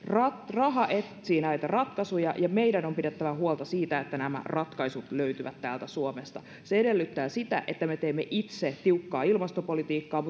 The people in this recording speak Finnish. raha etsii näitä ratkaisuja ja meidän on pidettävä huolta siitä nämä ratkaisut löytyvät täältä suomesta se edellyttää sitä että me teemme itse tiukkaa ilmastopolitiikkaa